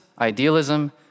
idealism